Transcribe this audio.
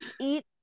eat